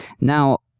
Now